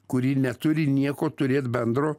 kuri neturi nieko turėt bendro